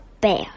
bear